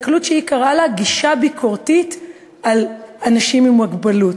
הסתכלות שהיא קראה לה "גישה ביקורתית על אנשים עם מוגבלות".